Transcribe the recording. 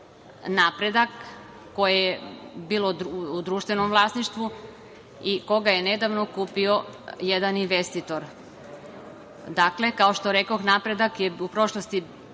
"Napredak", koje je bilo u društvenom vlasništvu i koga je nedavno kupio jedan investitor. Kao što rekoh, "Napredak" je u prošlosti